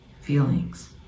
feelings